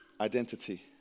identity